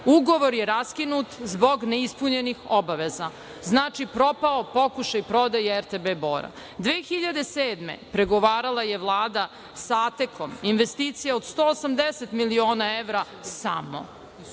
Ugovor je raskinut zbog neispunjenih obaveza. Znači, propao pokušaj prodaje RTB Bora. Godine 2007. pregovarala je Vlada sa "Atekom", investicija od 180 miliona evra, samo.